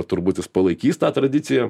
turbūt palaikys tą tradiciją